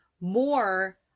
more